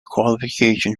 qualification